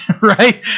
right